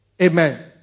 Amen